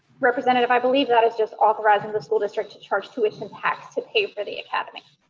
representative, i believe that is just authorizing the school district to charge tuition tax to pay for the academy.